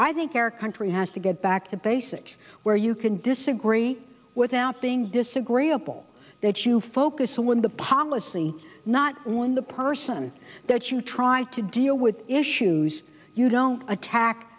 i think our country has to get back to basics where you can disagree without being disagreeable that you focus on one the policy not one the person that you try to deal with issues you don't attack